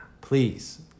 Please